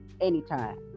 Anytime